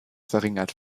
verringert